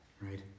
right